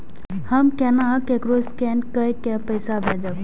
हम केना ककरो स्केने कैके पैसा भेजब?